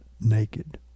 naked